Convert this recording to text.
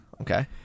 Okay